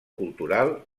cultural